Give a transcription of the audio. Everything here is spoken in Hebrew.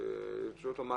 שואלים אותו,